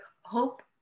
hope